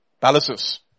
palaces